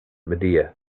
media